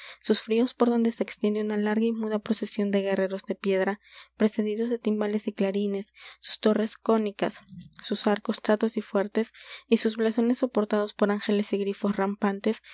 sus frisos por donde se extiende una larga y muda procesión de guerreros de piedra precedidos de timbales y clarines sus torres cónicas sus arcos chatos y fuertes y sus blasones soportados por ángeles y grifos rampantes